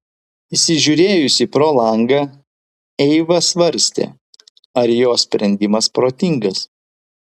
įsižiūrėjusi pro langą eiva svarstė ar jos sprendimas protingas